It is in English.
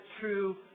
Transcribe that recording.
true